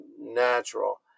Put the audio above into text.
natural